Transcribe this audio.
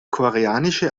koreanische